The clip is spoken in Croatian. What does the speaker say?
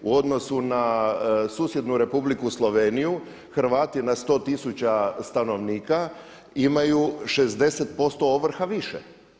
U odnosu na susjednu Republiku Sloveniju Hrvati na 100 tisuća stanovnika imaju 60% ovrha više.